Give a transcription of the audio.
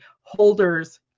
holders